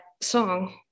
song